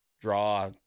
draw